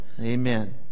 amen